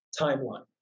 timeline